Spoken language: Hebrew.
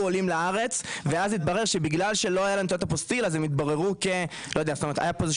עולים לארץ ואז התברר שבגלל שלא היה להם אפוסטיל הייתה בעיה,